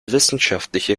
wissenschaftliche